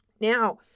Now